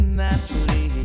naturally